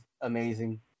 amazing